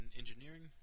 engineering